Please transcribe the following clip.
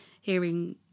hearing